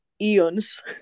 eons